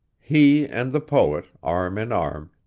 he and the poet, arm in arm,